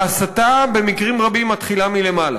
ההסתה במקרים רבים מתחילה מלמעלה.